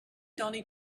donny